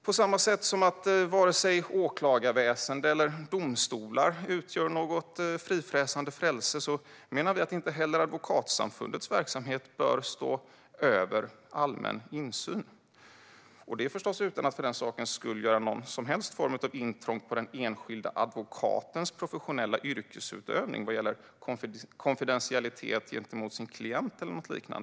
På samma sätt som varken åklagarväsen eller domstolar utgör något frifräsande frälse menar vi att inte heller Advokatsamfundets verksamhet bör stå över allmän insyn, förstås utan att för den sakens skull göra några som helst intrång på den enskilda advokatens professionella yrkesutövning vad gäller konfidentialitet gentemot sin klient och så vidare.